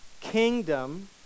kingdom